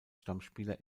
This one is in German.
stammspieler